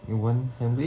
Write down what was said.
you want sandwich